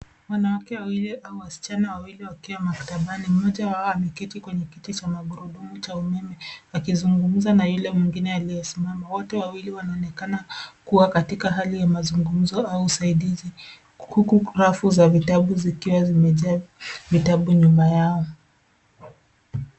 Wanawake wawili au wasichana wawili wakiwa maktabani mmoja wao ameketi kwenye kiti cha magurudumu cha umeme akizungumza na yule mwingine aliye simama wote wawili wanaonekana kuwa katika hali ya mazungumzo au usaidizi huku rafu za vitabu zikiwa zimejaa vitabu nyuma yao.